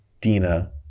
Dina